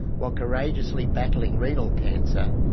while courageously battling renal cancer,